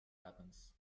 happens